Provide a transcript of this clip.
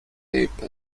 nape